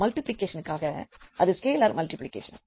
மல்டிப்ளிகேஷனுக்காகஅது scalar multiplication